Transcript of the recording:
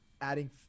adding